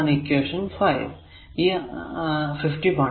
ഇതാണ് equation 5a